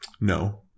No